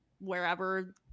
wherever